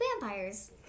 vampires